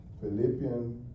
Philippians